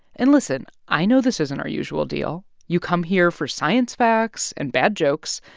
and listen i know this isn't our usual deal. you come here for science facts and bad jokes.